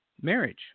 marriage